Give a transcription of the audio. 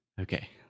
Okay